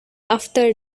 after